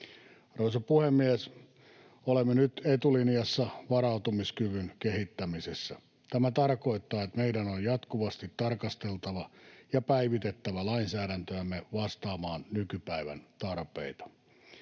Arvoisa puhemies! Olemme nyt etulinjassa varautumiskyvyn kehittämisessä. Tämä tarkoittaa, että meidän on jatkuvasti tarkasteltava ja päivitettävä lainsäädäntöämme vastaamaan nykypäivän tarpeita.